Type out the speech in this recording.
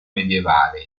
medievale